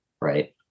right